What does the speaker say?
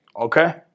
okay